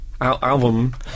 Album